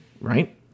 Right